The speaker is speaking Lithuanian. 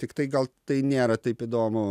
tik tai gal tai nėra taip įdomu